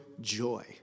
joy